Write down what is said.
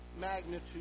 magnitude